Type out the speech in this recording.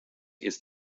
ist